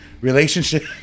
relationship